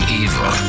evil